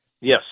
Yes